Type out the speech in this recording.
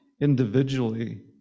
individually